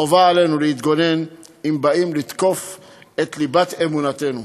חובה עלינו להתגונן אם באים לתקוף את ליבת אמונתנו,